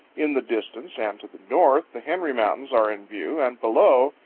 in the distance, and to the north, the henry mountains are in view, and below,